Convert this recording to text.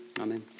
amen